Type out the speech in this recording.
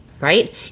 right